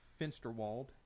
Finsterwald